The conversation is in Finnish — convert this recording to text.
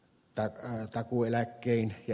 tähän takuueläkkein ja